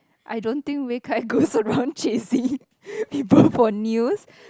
I don't think Wei Kai goes around chasing people for news